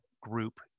group